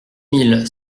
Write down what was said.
mille